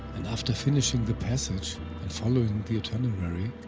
and after finishing the passage and following the itinerary,